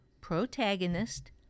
protagonist